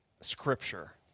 Scripture